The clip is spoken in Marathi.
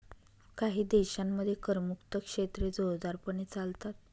काही देशांमध्ये करमुक्त क्षेत्रे जोरदारपणे चालतात